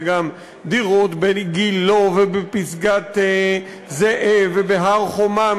זה גם דירות בגילה ובפסגת-זאב ובהר-חומה,